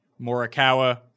Morikawa